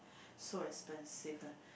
so expensive ah